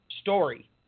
story